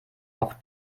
auch